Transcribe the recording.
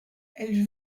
elle